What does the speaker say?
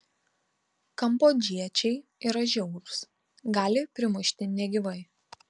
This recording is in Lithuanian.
kambodžiečiai yra žiaurūs gali primušti negyvai